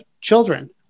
children